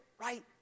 right